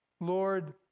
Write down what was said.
Lord